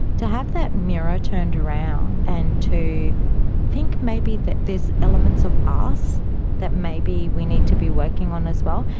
to have that mirror turned around and to think maybe that there's elements of us that maybe we need to be working on as well.